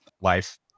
life